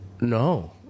no